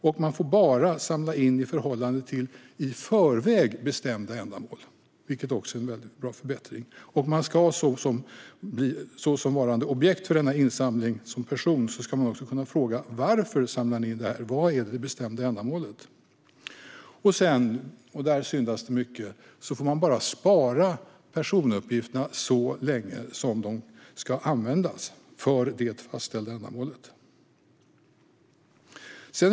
Och man får bara samla in uppgifter i förhållande till i förväg bestämda ändamål, vilket också är en klar förbättring. Som varande objekt för denna insamling ska man kunna fråga varför uppgifterna samlas in, vad som är det bestämda ändamålet. Vidare - och där syndas det mycket - får man bara spara personuppgifterna så länge som de ska användas för det fastställda ändamålet.